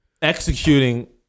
executing